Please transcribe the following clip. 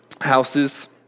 Houses